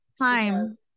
time